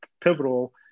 pivotal